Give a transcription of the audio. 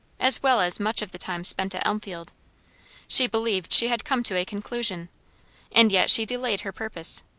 as well as much of the time spent at elmfield she believed she had come to a conclusion and yet she delayed her purpose.